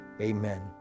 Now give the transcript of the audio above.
amen